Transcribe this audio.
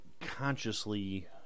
consciously